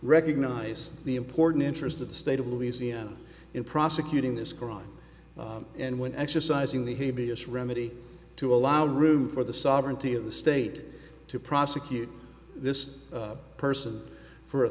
recognize the important interest of the state of louisiana in prosecuting this crime and when exercising the b s remedy to allow room for the sovereignty of the state to prosecute this person for a